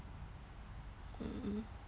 mm